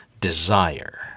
desire